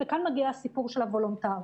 וכאן מגיע הסיפור של הוולונטרי.